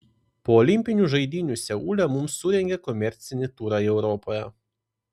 po olimpinių žaidynių seule mums surengė komercinį turą europoje